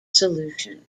solution